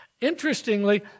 Interestingly